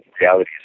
reality